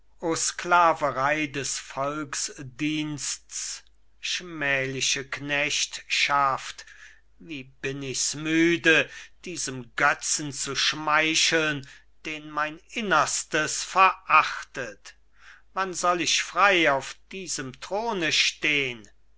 sklaverei des volksdiensts schmähliche knechtschaft wie bin ich's müde diesem götzen zu schmeicheln den mein innerstes verachtet wann soll ich frei auf diesem throne stehn